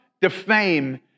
defame